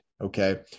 Okay